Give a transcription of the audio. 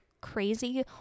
crazy